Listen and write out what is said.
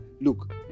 look